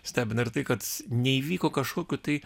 stebina tai kad neįvyko kažkokių tai